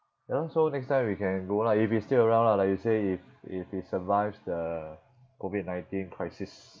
ya lor so next time we can go lah if it's still around lah like you say if if it survives the COVID nineteen crisis